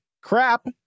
crap